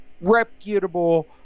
reputable